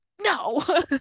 no